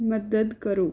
ਮਦਦ ਕਰੋ